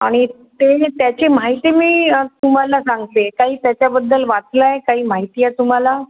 आणि ते त्याची माहिती मी तुम्हाला सांगते काही त्याच्याबद्दल वाचलं आहे काही माहिती आहे तुम्हाला